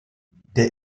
der